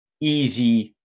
easy